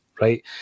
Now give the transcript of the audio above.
right